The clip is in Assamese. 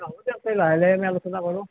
এ হ'ব দিয়ক তে লাহে লাহে আমি আলোচনা কৰোঁ